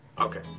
Okay